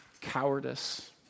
cowardice